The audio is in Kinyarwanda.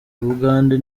bugande